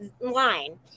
line